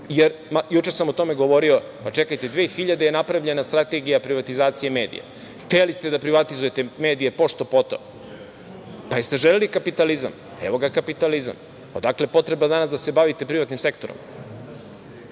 a juče sam o tome govorio, 2000. godine je napravljena strategija privatizacija medija i hteli ste da privatizujete medije pošto poto, pa jel ste želeli kapitalizam? Evo ga kapitalizam, odakle potreba onda danas da se bavite privatnim sektorom,